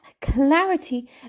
clarity